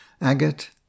agate